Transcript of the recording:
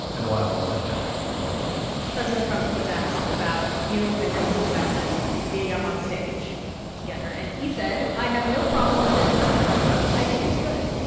and why all of that matters president trump was asked about you and your husband chasten and being up on stage together, and he said, i have no problem with it whatsoever. i think it's good.